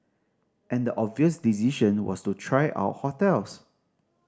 and the obvious decision was to try out hotels